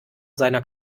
seiner